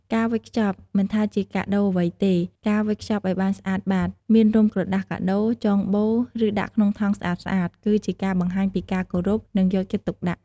ការវេចខ្ចប់ មិនថាជាកាដូអ្វីទេ ការវេចខ្ចប់ឲ្យបានស្អាតបាត មានរុំក្រដាសកាដូ ចងបូ ឬដាក់ក្នុងថង់ស្អាតៗ គឺជាការបង្ហាញពីការគោរព និងយកចិត្តទុកដាក់។